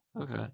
Okay